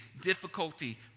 difficulty